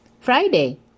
Friday